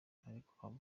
ariko